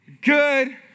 Good